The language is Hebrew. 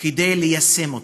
כדי ליישם אותה.